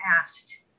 asked